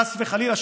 חס וחלילה,